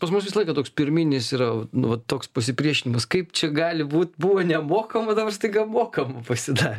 pas mus visą laiką toks pirminis yra nu va toks pasipriešinimas kaip čia gali būt buvo nemokama dabar staiga mokama pasidarė